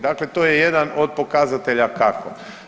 Dakle, to je jedan od pokazatelja kako.